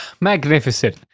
Magnificent